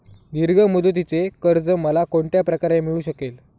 दीर्घ मुदतीचे कर्ज मला कोणत्या प्रकारे मिळू शकेल?